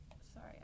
sorry